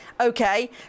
Okay